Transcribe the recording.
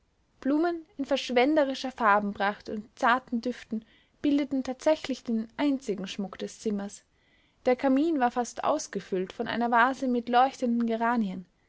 blumen in verschwenderischer farbenpracht und zarten düften bildeten tatsächlich den einzigen schmuck des zimmers der kamin war fast ausgefüllt von einer vase mit leuchtenden geranien